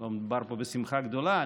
לא מדובר פה בשמחה גדולה,